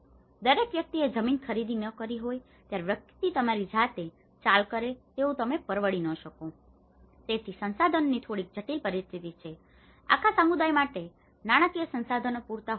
દરેક વ્યક્તિએ જમીન ખરીદી ન કરી હોય દરેક વ્યક્તિ તમારી જાતે ચાલ કરે તેવું તમે પરવડી શકશો નહીં તેથી સંસાધનોની થોડી જટિલ પરિસ્થિતિ છે આખા સમુદાય માટે નાણાકીય સંસાધનો પૂરતા ન હોઈ શકે